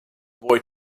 boy